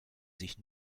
sich